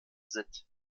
sitt